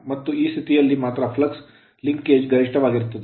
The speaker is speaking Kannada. ಮತ್ತು ಈ ಸ್ಥಿತಿಯಲ್ಲಿ ಮಾತ್ರ flux linkage ಫ್ಲಕ್ಸ್ ಲಿಂಕಿಂಗ್ ಗರಿಷ್ಠವಾಗಿರುತ್ತದೆ